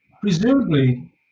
Presumably